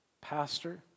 pastor